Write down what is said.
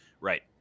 Right